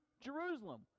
Jerusalem